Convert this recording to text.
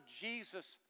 Jesus